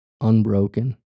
unbroken